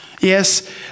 Yes